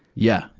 yeah.